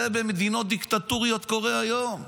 זה במדינות דיקטטוריות קורה היום.